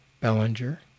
Bellinger